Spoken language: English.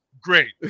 Great